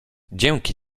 dzięki